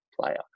player